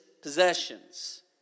possessions